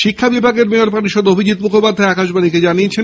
শিক্ষা বিভাগের মেয়র পারিষদ অভিজিত্ মুখার্জী আকাশবাণীকে জানিয়েছেন